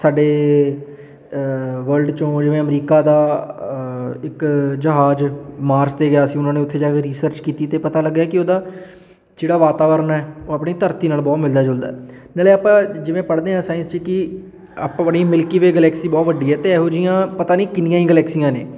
ਸਾਡੇ ਵਰਲਡ 'ਚੋਂ ਜਿਵੇਂ ਅਮਰੀਕਾ ਦਾ ਇੱਕ ਜਹਾਜ਼ ਮਾਰਸ 'ਤੇ ਗਿਆ ਸੀ ਉਹਨਾਂ ਨੇ ਉੱਥੇ ਜਾ ਕੇ ਰੀਸਰਚ ਕੀਤੀ ਅਤੇ ਪਤਾ ਲੱਗਿਆ ਕਿ ਉਹਦਾ ਜਿਹੜਾ ਵਾਤਾਵਰਨ ਹੈ ਉਹ ਆਪਣੀ ਧਰਤੀ ਨਾਲ਼ ਬਹੁਤ ਮਿਲਦਾ ਜੁਲਦਾ ਨਾਲ਼ੇ ਆਪਾਂ ਜਿਵੇਂ ਪੜ੍ਹਦੇ ਹਾਂ ਸਾਇੰਸ 'ਚ ਕਿ ਆਪਾਂ ਬੜੀ ਮਿਲਕੀ ਵੇ ਗਲੈਕਸੀ ਬਹੁਤ ਵੱਡੀ ਹੈ ਅਤੇ ਇਹੋ ਜਿਹੀਆਂ ਪਤਾ ਨਹੀਂ ਕਿੰਨੀਆਂ ਹੀ ਗਲੈਕਸੀਆਂ ਨੇ